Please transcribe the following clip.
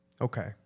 okay